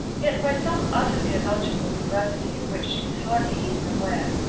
yet by some utterly illogical perversity of which she was hardly even aware,